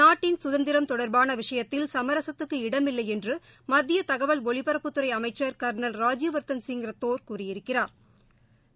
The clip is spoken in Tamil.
நாட்டின் சுதந்திரம் தொடர்பானவிஷயத்தில் சமரசத்துக்கு இடமில்லைஎன்றுமத்தியதகவல் ஒலிபரப்பு துறைஅமைச்சா் கா்னல் ராஜ்யவா்த்தன் சிங் ரத்தோா் கூறியிருக்கிறாா்